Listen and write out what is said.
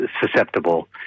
susceptible